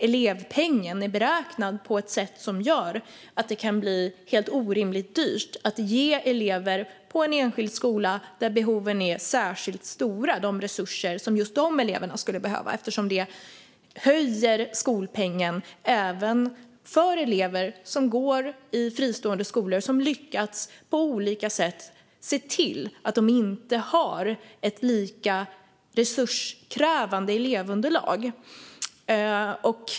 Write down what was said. Elevpengen är beräknad på ett sätt som gör att det kan bli helt orimligt dyrt att ge elever på en enskild skola där behoven är särskilt stora de resurser som just de eleverna skulle behöva eftersom det höjer skolpengen även för elever som går i fristående skolor som på olika sätt lyckats se till att de inte har ett lika resurskrävande elevunderlag.